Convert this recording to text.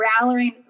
rallying